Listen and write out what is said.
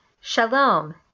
Shalom